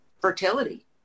fertility